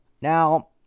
Now